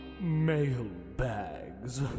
mailbags